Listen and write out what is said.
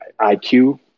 IQ